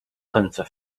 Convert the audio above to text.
hunter